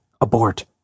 abort